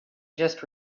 just